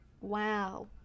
Wow